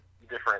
different